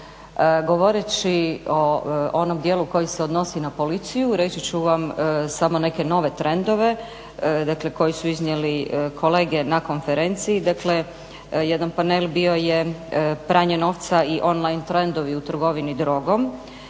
Govoreći o onom dijelu koji se odnosi na policiju reći ću vam samo neke nove trendove, dakle koje su iznijeli kolege na konferenciji. Dakle, jedan panel bio je pranje novca i on-line trendovi u trgovini drogom,